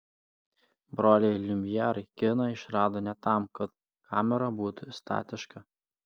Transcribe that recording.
broliai liumjerai kiną išrado ne tam kad kamera būtų statiška